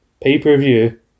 Pay-Per-View